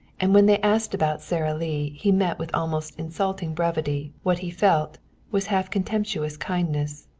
and when they asked about sara lee he met with almost insulting brevity what he felt was half-contemptuous kindness.